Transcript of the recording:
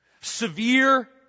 severe